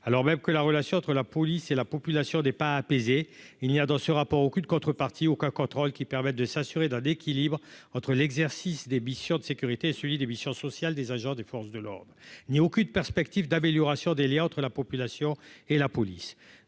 alors même que la relation entre la police et la population des pas apaisé, il y a dans ce rapport, aucune contrepartie aucun contrôle qui permettent de s'assurer d'un équilibre entre l'exercice des missions de sécurité suivi des missions sociales des agents des forces de l'ordre ni aucune perspective d'amélioration des Liens entre la population et la police